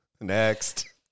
next